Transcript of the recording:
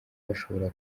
bashobora